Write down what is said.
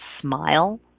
smile